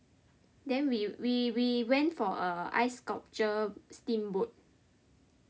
then we we we went for a ice sculpture steamboat